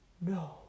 no